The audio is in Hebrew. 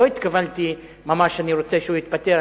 לא התכוונתי ממש שאני רוצה שהוא יתפטר.